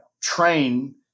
train